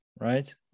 right